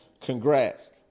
Congrats